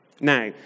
Now